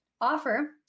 offer